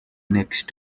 next